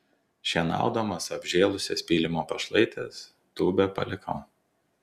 šienaudamas apžėlusias pylimo pašlaites tūbę palikau